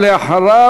ואחריו,